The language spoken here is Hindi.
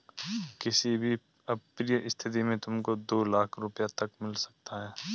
किसी भी अप्रिय स्थिति में तुमको दो लाख़ रूपया तक मिल सकता है